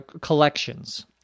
collections